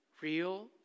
Real